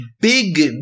big